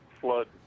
flood